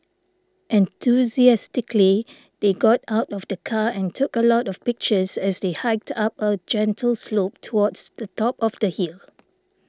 enthusiastically they got out of the car and took a lot of pictures as they hiked up a gentle slope towards the top of the hill